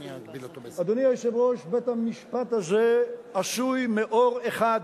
אדוני היושב-ראש, בית-המשפט הזה עשוי מעור אחד.